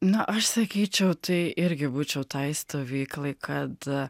na aš sakyčiau tai irgi būčiau tai stovyklai kad